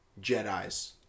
Jedis